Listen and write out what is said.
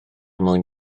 mwyn